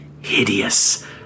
hideous